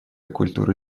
культуры